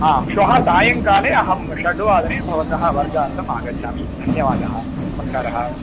आं श्वः सायङ्काले अहं षड्वादने भवतः वर्गार्थम् आगच्छामि धन्यवादः नमस्कारः